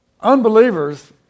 unbelievers